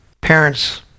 parents